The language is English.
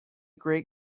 great